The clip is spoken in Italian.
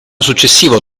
successivo